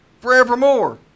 forevermore